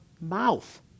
mouth